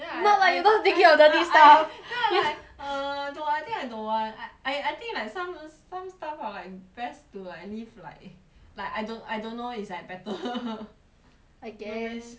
then I I I not like you not thinking about dirty stuff then I like err dude I think I don't want I I I think like som~ some stuff are like best to like leave like like I don~ I don't know it's like better I guess not meh